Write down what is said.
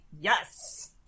Yes